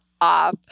off